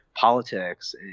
Politics